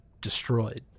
destroyed